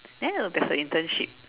then you know there's a internship